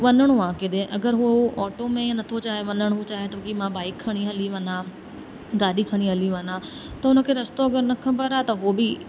वञिणो आहे केॾांहुं अगरि हू ऑटो में नथो चाहे वञणु हू चाहे थो कि मां बाइक खणी हली वञा गाॾी खणी हली वञा त हुन खे रस्तो अगरि न ख़बर आहे त हू बि